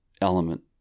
element